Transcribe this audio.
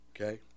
Okay